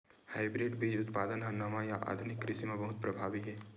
hybrid बीज उत्पादन हा नवा या आधुनिक कृषि मा बहुत प्रभावी हे